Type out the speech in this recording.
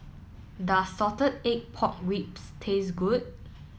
does Salted Egg Pork Ribs taste good